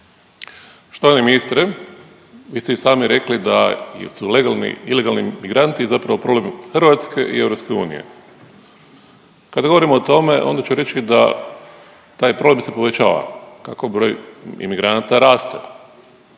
Štovani ministre, vi ste i sami rekli da su legalni, ilegalni zapravo problem Hrvatske i EU. Kada govorimo o tome onda ću reći da taj problem se povećava kako broj imigranata raste.